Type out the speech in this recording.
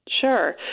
Sure